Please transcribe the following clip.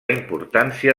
importància